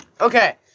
Okay